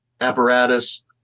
apparatus